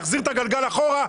נחזיר את הגלגל אחורה,